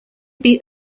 beat